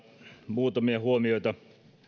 muutamia huomioita